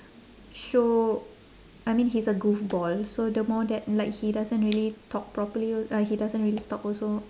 show I mean he's a goofball so the more that like he doesn't really talk properly uh he doesn't really talk also